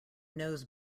knows